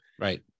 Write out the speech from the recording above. Right